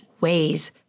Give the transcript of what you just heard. ways